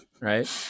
right